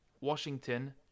Washington